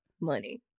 money